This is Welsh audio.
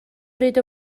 bryd